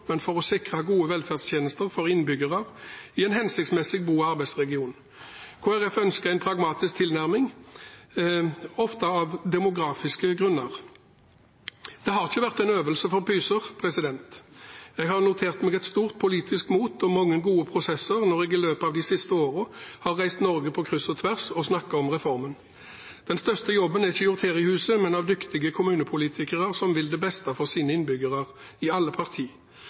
men for å sikre gode velferdstjenester for innbyggere i en hensiktsmessig bo- og arbeidsregion. Kristelig Folkeparti ønsker en pragmatisk tilnærming, ofte av demografiske grunner. Det har ikke vært en øvelse for pyser. Jeg har notert meg stort politisk mot og mange gode prosesser når jeg i løpet av de siste årene har reist Norge på kryss og tvers og snakket om reformen. Den største jobben er ikke gjort her i huset, men av dyktige kommunepolitikere som vil det beste for sine innbyggere, i alle